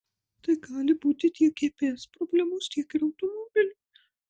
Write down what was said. tai gali būti tiek gps problemos tiek ir automobilio